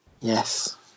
Yes